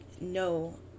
no